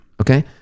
okay